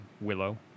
Willow